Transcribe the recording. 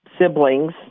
siblings